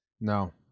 No